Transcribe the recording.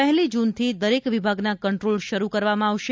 પહેલી જુનથી દરેક વિભાગના કંટ્રોલ શરૂ કરવામાં આવશે